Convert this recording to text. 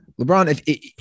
LeBron